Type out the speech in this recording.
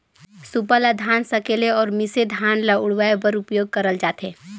सूपा ल धान सकेले अउ मिसे धान ल उड़वाए बर उपियोग करल जाथे